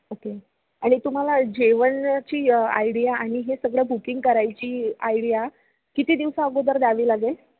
okay आणि तुम्हाला जेवणाची आयडिया आणि हे सगळं बुकिंग करायची आयडिया किती दिवस अगोदर द्यावी लागेल